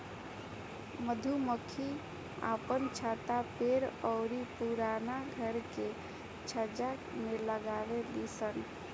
मधुमक्खी आपन छत्ता पेड़ अउरी पुराना घर के छज्जा में लगावे लिसन